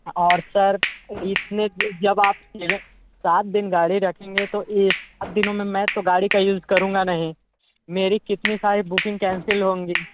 और सर इतने जब आप से सेवेन सात दिन गाड़ी रखेंगे तो ये सात दिनों में मैं तो गाड़ी का यूज़ करूँगा नहीं मेरी कितनी सारी बुकिंग कैंसिल होंगी